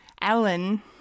Alan